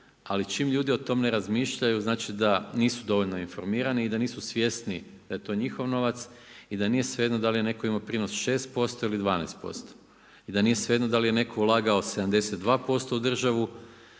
Ali čim ljudi o tom ne razmišljaju znači da nisu dovoljno informirani i da nisu svjesni da je to njihov novac i da nije svejedno da li je netko imao prinos 6% ili 12% i da nije svejedno da li je netko ulagao 72% u državu